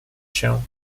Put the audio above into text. się